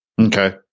Okay